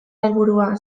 helburua